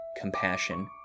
compassion